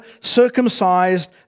circumcised